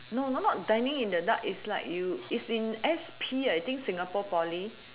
no no not dining in the dark is like you is in S_P I think singapore poly